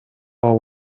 are